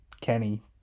Kenny